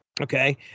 Okay